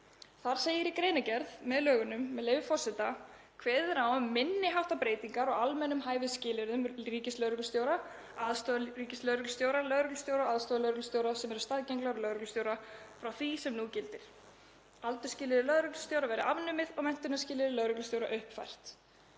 Þar segir í greinargerð með lögunum, með leyfi forseta: „Kveðið er á um minni háttar breytingar á almennum hæfisskilyrðum ríkislögreglustjóra, aðstoðarríkislögreglustjóra, lögreglustjóra og aðstoðarlögreglustjóra sem eru staðgenglar lögreglustjóra, frá því sem nú gildir. Aldursskilyrði lögreglustjóra verður afnumið og menntunarskilyrði lögreglustjóra uppfært.